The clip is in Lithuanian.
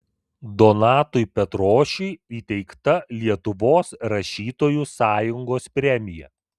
donatui petrošiui įteikta lietuvos rašytojų sąjungos premija